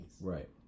Right